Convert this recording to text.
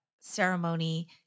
ceremony